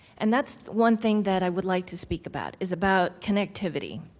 and that's one thing that i would like to speak about is about connectivity.